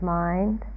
mind